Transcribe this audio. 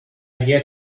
get